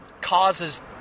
causes